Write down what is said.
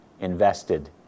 invested